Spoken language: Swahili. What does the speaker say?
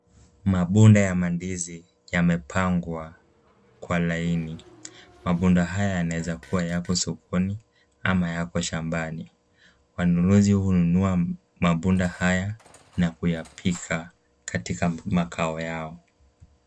Mabunda ya mandizi yamepangwa kwa line . Mabunda haya yanaeza kuwa yako sokoni, ama yako shambani. Wanunuzi hununua mabunda haya, na kuyapika katika makao yao.